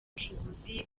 bushobozi